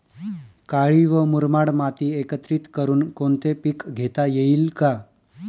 काळी व मुरमाड माती एकत्रित करुन कोणते पीक घेता येईल का?